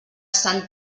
sant